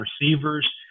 receivers